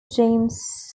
james